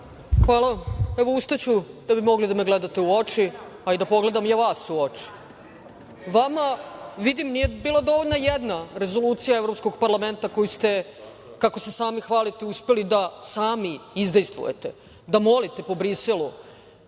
vam. Evo, ustaću da bi mogli da me gledate u oči, a i da pogledam ja vas u oči. Vama, vidim, nije bila dovoljna jedna rezolucija Evropskog parlamenta koju ste, kako se sami hvalite, uspeli da sami izdejstvujete, da molite po Briselu